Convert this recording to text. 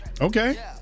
Okay